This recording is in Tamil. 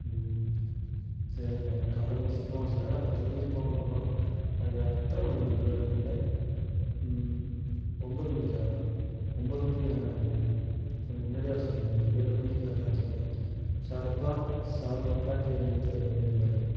ம் சரிண்ண காலைல கொஞ்சம் சீக்கிரமாக வர சொல்லுங்கள் நான் பத்து மணிக்கு போகணும் அதுக்காகதான் எத்தனை மணிக்குண்ண வருவார் அங்கே ம் ஒன்பது மணிக்கா ஒன்பது மணிக்கு வேணாண்ண கொஞ்சம் முன்னாடியே வர சொல்லுங்கள் ஒரு ஏழு மணிக்கு கரெக்டாக வர சொல்லுங்கள் ஷார்ப்பாக சவன் ஓ கிளாக்கு எங்கள் வீட்டில் இருக்கிற மாதிரி பாருங்கள்